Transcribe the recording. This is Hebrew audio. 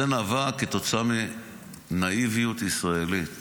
זה נבע כתוצאה מנאיביות ישראלית